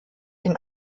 den